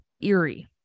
eerie